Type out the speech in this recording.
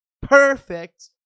perfect